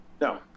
no